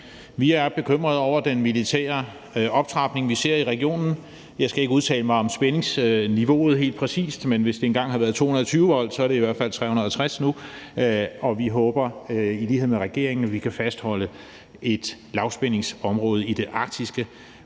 Vi er bekymrede over den militære optrapning, vi ser i regionen. Jeg skal ikke udtale mig om spændingsniveauet helt præcist, men hvis det engang har været 220 V, er det i hvert fald 350 nu, og vi håber i lighed med regeringen, at vi kan fastholde et lavspændingsområde i det arktiske.